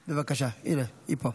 בבקשה, הינה היא פה.